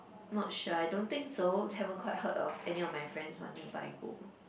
not sure I don't think so haven't quite heard of any of my friends wanting to buy gold